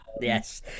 Yes